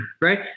right